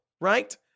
right